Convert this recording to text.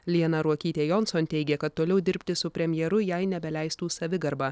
liana ruokytė jonson teigia kad toliau dirbti su premjeru jai nebeleistų savigarba